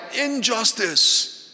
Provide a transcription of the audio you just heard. injustice